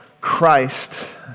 Christ